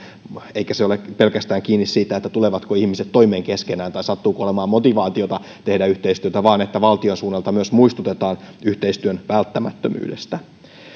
eikä se ole kiinni pelkästään siitä tulevatko ihmiset toimeen keskenään tai sattuuko olemaan motivaatiota tehdä yhteistyötä vaan valtion suunnalta myös muistutetaan yhteistyön välttämättömyydestä